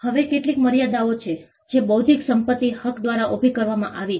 હવે કેટલીક મર્યાદાઓ છે જે બૌદ્ધિક સંપત્તિ હક દ્વારા ઉભી કરવામાં આવી છે